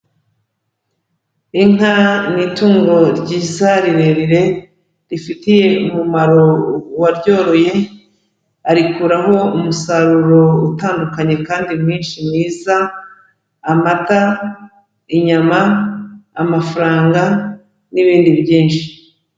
Inka ni itungo ryiza rirerire rifitiye umumaro uwaryoroye, arikuraho umusaruro utandukanye kandi mwinshi mwiza, amata, inyama amafaranga n'ibindi byinshi.